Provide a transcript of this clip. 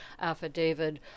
affidavit